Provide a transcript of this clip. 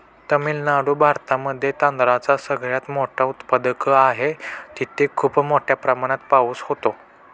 तामिळनाडू भारतामध्ये तांदळाचा सगळ्यात मोठा उत्पादक आहे, तिथे खूप मोठ्या प्रमाणात पाऊस होतो